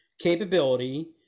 capability